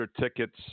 tickets